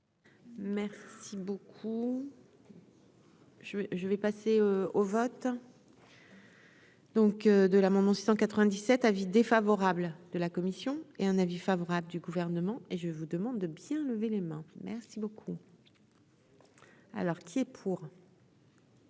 Merci beaucoup. Je vais, je vais passer au vote. Donc de la maman 697 avis défavorable de la commission et un avis favorable du gouvernement et je vous demande de bien levé les mains, merci beaucoup, alors qui est pour.